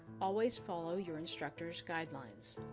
always follow your instructor's guidelines.